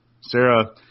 Sarah –